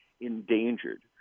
endangered